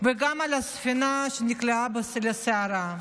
וגם מהספינה שנקלעה לסערה,